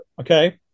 Okay